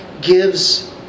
gives